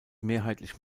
mehrheitlich